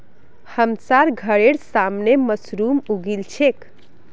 हमसार घरेर सामने मशरूम उगील छेक